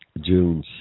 June